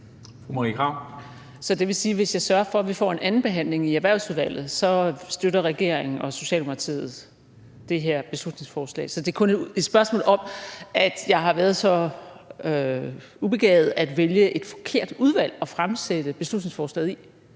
Så det vil sige, at hvis jeg sørger for, at vi får en andenbehandling i Erhvervsudvalget, så støtter regeringen og Socialdemokratiet det her beslutningsforslag? Så det er kun et spørgsmål om, at jeg har været så ubegavet at vælge et forkert udvalg at fremsætte beslutningsforslaget i?